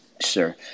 Sure